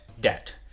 debt